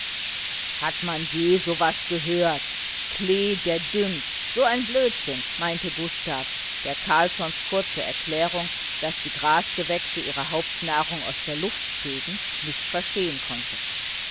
hat man je so was gehört klee der düngt so ein blödsinn meinte gustav der carlssons kurze erklärung daß die grasgewächse ihre hauptnahrung aus der luft zögen nicht verstehen konnte